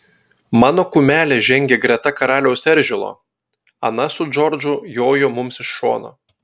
mano kumelė žengė greta karaliaus eržilo ana su džordžu jojo mums iš šono